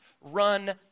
run